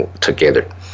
together